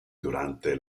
durante